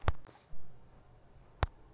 सुखा अकाल सरकार से सहायता मिल सकथे का?